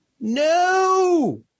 No